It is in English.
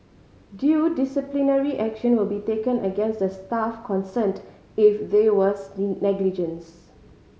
due disciplinary action will be taken against the staff concerned if there was negligence